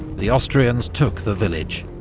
the austrians took the village.